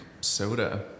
soda